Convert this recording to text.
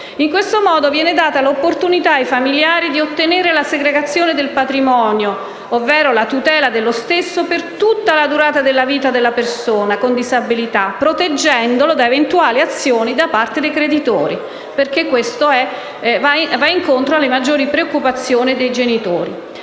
In questo modo viene data l'opportunità ai familiari di ottenere la segregazione del patrimonio ovvero la tutela dello stesso per tutta la durata della vita della persona con disabilità, proteggendolo da eventuali azioni da parte dei creditori, perché questo va incontro alle maggiori preoccupazioni dei genitori.